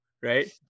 right